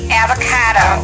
avocado